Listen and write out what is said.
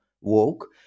woke